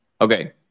Okay